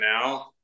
now